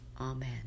Amen